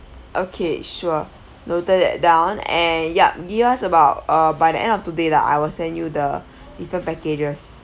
okay sure noted that down and yup give us about uh by the end of today lah I will send you the different packages